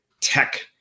tech